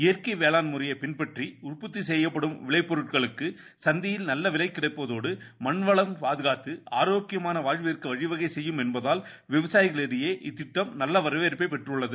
இயற்கை வேளாண் முறையை பின்பற்றி உற்பத்தி செய்யும் பொருட்களுக்கு சந்தையில் நல்ல விலை மகிடைப்பதோடு மண் வளம் பாதுகாத்து விளை ஆரோக்கியமான வாழ்விற்கு வழிவகை செய்யும் என்பதால் விவளயிகளிடையே இத்திட்டம் நல்ல வரவேற்பை பெற்றுள்ளது